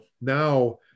now